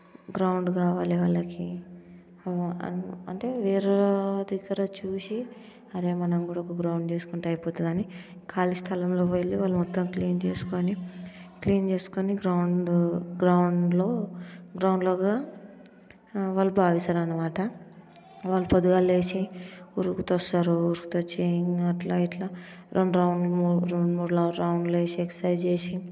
ground కావాలి వాళ్ళకి అంటే వేరే దగ్గర చూసి అరే మనం కూడా ఒక గ్రౌండ్ చేసుకుంటే అయిపోతుంది అని ఖాళీ స్థలంలోకి వెళ్ళి వాళ్ళు మొత్తం క్లీన్ చేసుకుని క్లీన్ చేసుకుని గ్రౌండ్ గ్రౌండ్లో గ్రౌండ్లాగా వాళ్ళు భావిస్తారు అనమాట వాళ్ళు పొద్దుగాల లేచి ఉరుకుతా వస్తారు ఉరుకుతూ వచ్చి ఇంకా అట్లా ఇట్లా రెండు రౌండ్లు రెండు మూడు రౌండ్లు వేసి ఎక్ససైజ్ చేసి